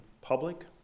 public